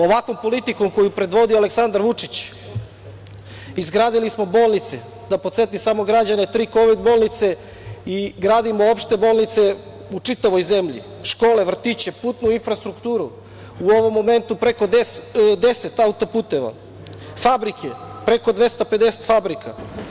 Ovakvom politikom koju predvodi Aleksandar Vučić, izgradili smo bolnice, da podsetim samo građane tri kovid bolnice i gradimo opšte bolnice u čitavoj zemlji, škole, vrtiće, putnu infrastrukturu, u ovom momentu preko deset autoputeva, fabrike, preko 250 fabrika.